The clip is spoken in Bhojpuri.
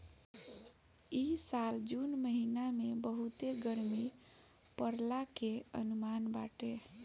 इ साल जून महिना में बहुते गरमी पड़ला के अनुमान बाटे